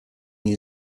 new